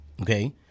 okay